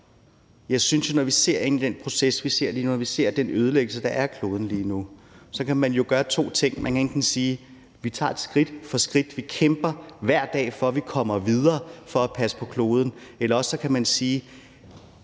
Jeg synes jo, at når vi ser ind i den proces, som vi ser lige nu, og når vi ser den ødelæggelse, der lige nu er af kloden, kan man gøre to ting. Man kan enten sige, at vi tager det skridt for skridt og vi hver dag kæmper for, at vi kommer videre for at passe på kloden, eller også kan man sige,